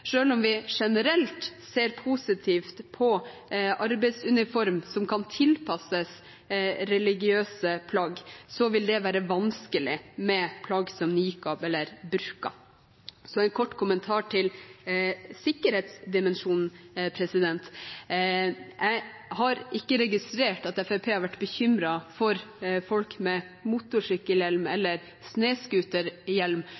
om vi generelt ser positivt på arbeidsuniformer som kan tilpasses religiøse plagg, vil det være vanskelig med plagg som niqab eller burka. Så en kort kommentar til sikkerhetsdimensjonen: Jeg har ikke registrert at Fremskrittspartiet har vært bekymret for folk med motorsykkelhjelm eller